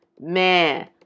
man